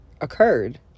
occurred